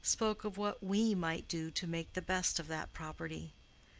spoke of what we might do to make the best of that property.